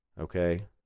okay